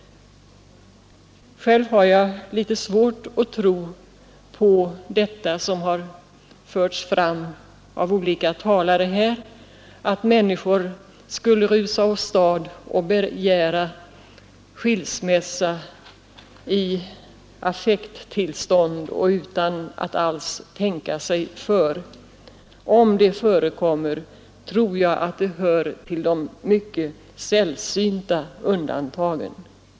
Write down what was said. Själv har jag litet svårt att tro på detta, som har förts fram av olika talare här, att människor skulle rusa åstad och begära skilsmässa i affekttillstånd och utan att alls tänka sig för. Om det förekommer, tror jag att det hör till de mycket sällsynta undantagen.